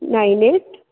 nine eight